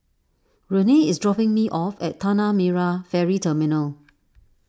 Renae is dropping me off at Tanah Merah Ferry Terminal